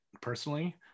personally